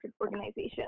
organization